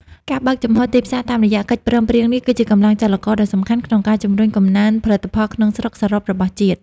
ការបើកចំហទីផ្សារតាមរយៈកិច្ចព្រមព្រៀងនេះ គឺជាកម្លាំងចលករដ៏សំខាន់ក្នុងការជំរុញកំណើនផលិតផលក្នុងស្រុកសរុបរបស់ជាតិ។